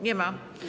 Nie ma.